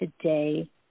today